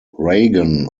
reagan